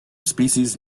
species